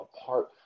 apart